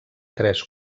tres